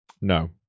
No